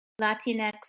Latinx